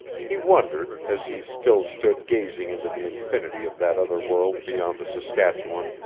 he wondered, as he still stood gazing into the infinity of that other world beyond the saskatchewan,